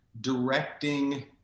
directing